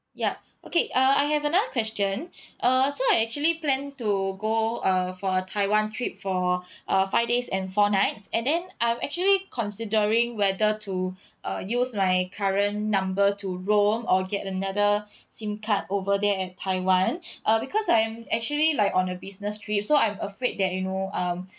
yup okay uh I have another question uh so I actually plan to go uh for a taiwan trip for uh five days and four nights and then I'm actually considering whether to uh use my current number to roam or get another SIM card over there at taiwan uh because I am actually like on a business trip so I'm afraid that you know um